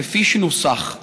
כפי שנוסח,